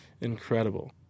incredible